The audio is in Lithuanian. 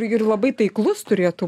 ir labai taiklus turėtų